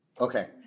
Okay